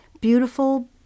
beautiful